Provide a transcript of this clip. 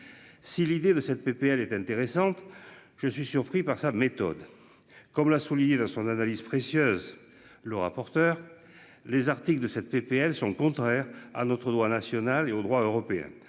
Si l'idée de cette PPL est intéressante. Je suis surpris par sa méthode comme l'a souligné dans son analyse précieuses le rapporteur. Les articles de cette PPL sont contraires à notre droit national et au droit européen